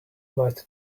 might